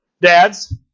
dads